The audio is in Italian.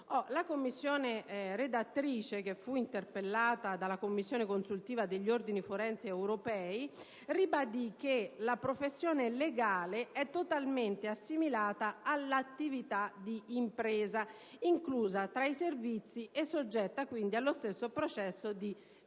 La Commissione redattrice, che fu interpellata dalla Commissione consultiva degli ordini forensi europei, ribadì che «la professione legale è totalmente assimilata all'attività d'impresa, inclusa tra i servizi e soggetta, quindi, allo stesso processo di liberalizzazione»